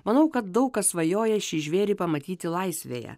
manau kad daug kas svajoja šį žvėrį pamatyti laisvėje